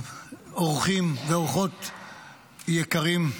אורחים ואורחות יקרים,